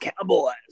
Cowboys